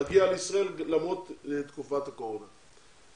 להגיע לישראל למרות תקופת הקורונה.